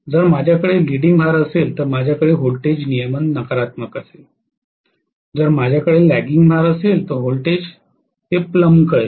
जर माझ्याकडे लिडिंग भार असेल तर माझ्याकडे व्होल्टेज नियमन नकारात्मक असेल जर माझ्याकडे ल्याग्गिंग भार असेल तर व्होल्टेज ते प्लंब करेल